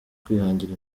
kwihangira